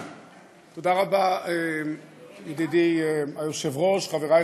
בעד, אין מתנגדים, אין נמנעים.